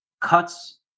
cuts